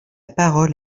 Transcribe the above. parole